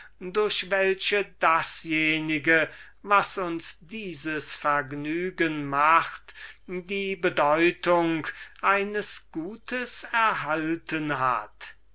durch welche dasjenige was uns dieses vergnügen macht die bedeutung eines gutes erhalten hat